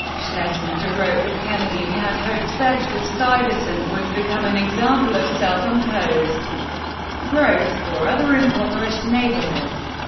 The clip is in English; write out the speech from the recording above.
schlesinger wrote that kennedy had hoped bedford-stuyvesant would become an example of self-imposed growth for other impoverished neighborhoods.